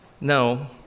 No